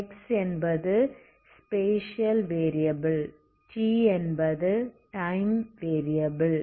x என்பது spatial variable t என்பது time variable